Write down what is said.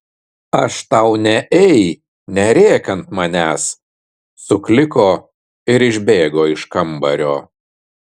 aš tau ne ei nerėk ant manęs sukliko ir išbėgo iš kambario